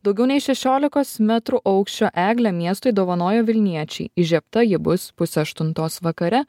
daugiau nei šešiolikos metrų aukščio eglę miestui dovanojo vilniečiai įžiebta ji bus pusę aštuntos vakare